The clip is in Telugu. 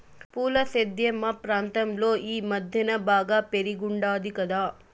పూల సేద్యం మా ప్రాంతంలో ఈ మద్దెన బాగా పెరిగుండాది కదా